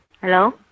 Hello